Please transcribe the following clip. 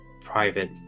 private